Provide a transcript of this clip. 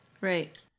Right